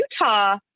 Utah